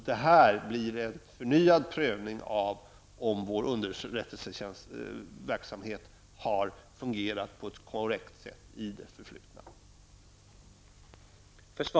Detta blir en förnyad prövning av om vår underrättelseverksamhet har fungerat på ett korrekt sätt i det förflutna.